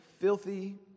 filthy